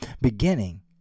Beginning